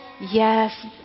Yes